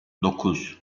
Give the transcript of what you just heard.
dokuz